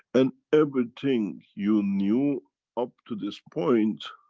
and everything you knew up to this point,